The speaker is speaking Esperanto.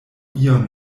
iun